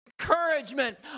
encouragement